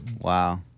Wow